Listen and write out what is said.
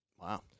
Wow